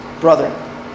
brother